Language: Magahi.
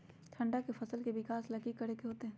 ठंडा में फसल के विकास ला की करे के होतै?